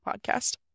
podcast